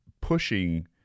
pushing